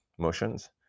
Motions